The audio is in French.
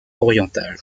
orientale